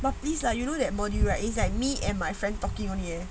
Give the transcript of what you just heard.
but please lah you know that module right it's like me and my friend talking on only eh